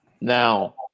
Now